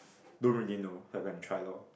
don't really know so I go and try lor